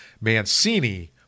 Mancini